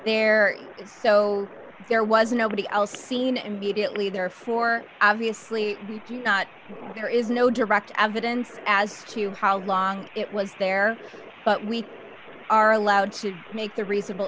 there is so there was nobody else scene immediately therefore obviously he's not there is no direct evidence as to how long it was there but we are allowed to make a reasonable